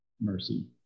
mercy